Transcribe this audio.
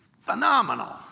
phenomenal